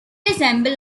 assemble